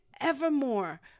evermore